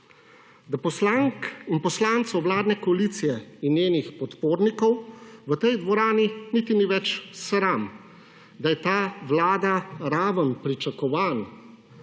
Da poslank in poslancev vladne koalicije in njenih podpornikov v tej dvorani niti ni več sram, da je ta vlada raven pričakovanj